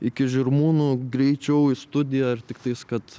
iki žirmūnų greičiau į studiją ir tiktais kad